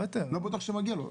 לא בטוח שמגיע לו.